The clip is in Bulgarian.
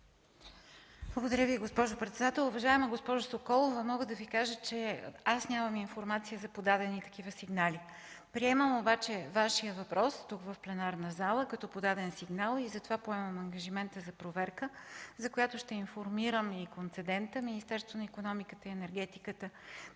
Благодаря Ви, госпожо председател. Уважаема госпожо Соколова, мога да Ви кажа, че аз нямам информация за подадени такива сигнали. Приемам обаче Вашия въпрос в пленарната зала като подаден сигнал и затова поемам ангажимента за проверка, за която ще информирам и концедента – Министерството на икономиката и енергетиката,